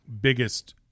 biggest